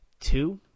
two